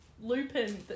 Lupin